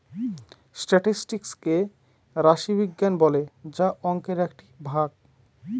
statistics কে রাশি বিজ্ঞান বলে যা অংকের একটি ভাগ